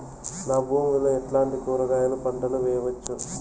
నా భూమి లో ఎట్లాంటి కూరగాయల పంటలు వేయవచ్చు?